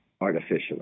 artificially